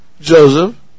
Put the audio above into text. Joseph